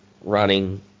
running